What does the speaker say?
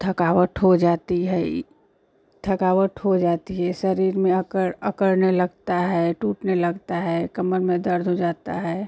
थकावट हो जाती है थकावट हो जाती है शरीर में अकड़ अकड़ने लगता है टूटने लगता है कमर में दर्द हो जाता है